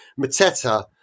Mateta